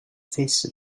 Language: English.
faces